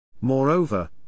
Moreover